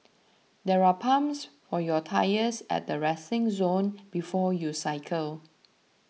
there are pumps for your tyres at the resting zone before you cycle